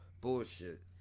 bullshit